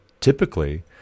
Typically